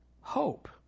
Hope